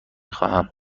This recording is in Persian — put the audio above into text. خواهم